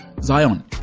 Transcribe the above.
Zion